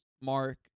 Mark